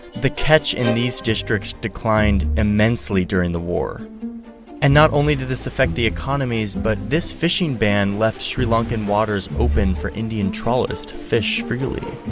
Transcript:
the catch in these districts declined immensely during the war and not only did this affect the economies, but this fishing ban left sri lankan waters open for indian trawlers to fish freely.